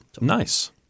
Nice